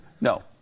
No